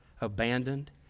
abandoned